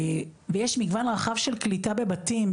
ויש מגוון רחב של קליטה בבתים,